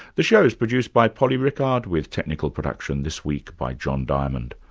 the show is produced by polly rickard, with technical production this week by john diamond.